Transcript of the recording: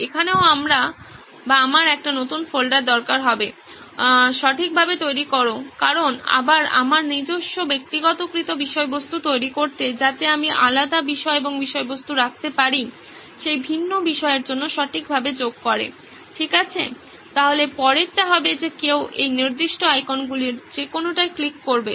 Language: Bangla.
এখানেও আমার একটি নতুন ফোল্ডার দরকার হবে সঠিকভাবে তৈরি করো কারণ আবার আমার নিজস্ব ব্যক্তিগতকৃত বিষয়বস্তু তৈরি করতে যাতে আমি আলাদা বিষয় এবং বিষয়বস্তু রাখতে পারি সেই ভিন্ন বিষয়ের জন্য সঠিকভাবে যোগ করে ঠিক আছে তাহলে পরেরটা হবে যে কেউ এই নির্দিষ্ট আইকনগুলির যেকোনোটায় ক্লিক করবে